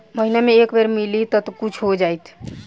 महीना मे एक बेर मिलीत त तनि कुछ हो जाइत